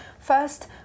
First